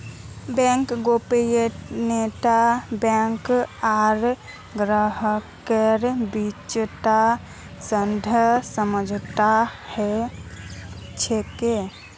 bank गोपनीयता bank आर ग्राहकेर बीचत सशर्त समझौता ह छेक